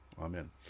Amen